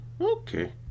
Okay